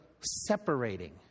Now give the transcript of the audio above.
separating